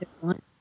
one